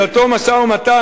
לאותו משא-ומתן,